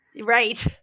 Right